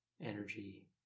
energy